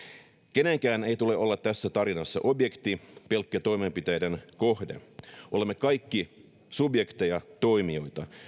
kenenkään ei tule olla tässä tarinassa objekti pelkkä toimenpiteiden kohde olemme kaikki subjekteja toimijoita